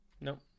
Nope